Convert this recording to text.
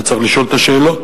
היה צריך לשאול את השאלות,